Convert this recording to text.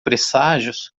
presságios